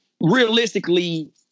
realistically